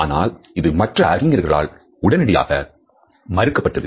ஆனால் இது மற்ற அறிஞர்களால் உடனடியாக மறுக்கப்பட்டது